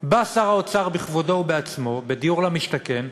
בא שר האוצר בכבודו ובעצמו, בדיור למשתכן,